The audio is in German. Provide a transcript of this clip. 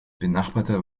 benachbarte